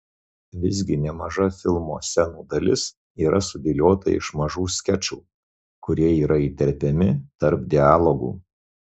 visgi nemaža filmo scenų dalis yra sudėliota iš mažų skečų kurie yra įterpiami tarp dialogų